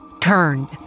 turned